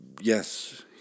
Yes